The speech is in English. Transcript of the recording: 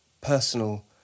personal